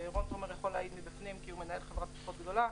ורון תומר יכול להעיד מבפנים כי הוא מנהל חברת תרופות גדולה.